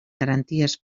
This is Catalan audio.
garanties